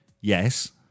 Yes